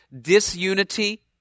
disunity